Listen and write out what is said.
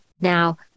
Now